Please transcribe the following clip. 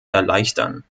erleichtern